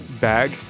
bag